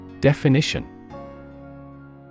Definition